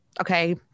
okay